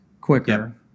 quicker